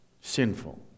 Sinful